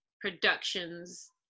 productions